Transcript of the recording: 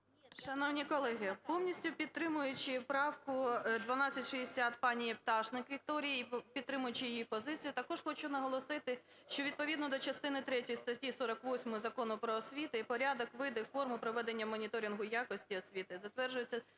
Шановні колеги, повністю підтримуючи правку 1260, пані Пташник Вікторії, і підтримуючи її позицію, також хочу наголосити, що відповідно до частини третьої статті 48 Закону "Про освіту" порядок, види, форми проведення моніторингу якості освіти затверджується